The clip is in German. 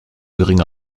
geringe